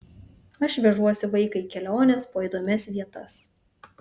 aš vežuosi vaiką į keliones po įdomias vietas